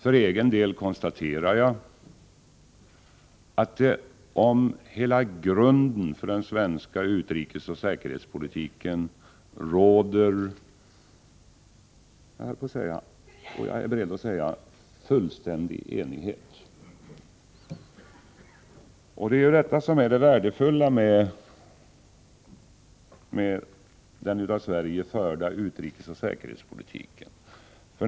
För egen del konstaterar jag att om hela grunden för den svenska utrikesoch säkerhetspolitiken råder fullständig enighet. Det är det värdefulla med den av Sverige förda utrikesoch säkerhetspolitiken.